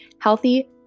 Healthy